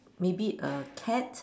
maybe a cat